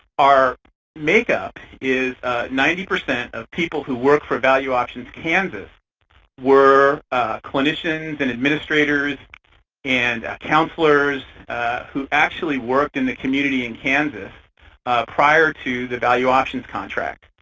our make-up is ninety percent of people who work for valueoptions kansas were clinicians and administrators and counselors who actually worked in the community in kansas prior to the valueoptions contract.